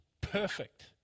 perfect